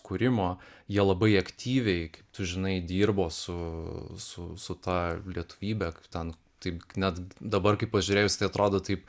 kūrimo jie labai aktyviai kaip tu žinai dirbo su su su ta lietuvybe kaip ten taip net dabar kai pažiūrėjus tai atrodo taip